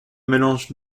mélange